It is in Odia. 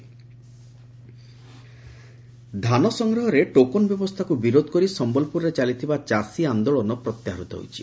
ଚାଷୀ ଆନୋଳନ ଧାନ ସଂଗ୍ରହରେ ଟୋକନ ବ୍ୟବସ୍ଷାକୁ ବିରୋଧ କରି ସମ୍ମଲପୁରରେ ଚାଲିଥିବା ଚାଷୀ ଆନ୍ଦୋଳନ ପ୍ରତ୍ୟାହୃତ ହୋଇଛି